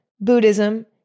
Buddhism